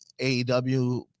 AEW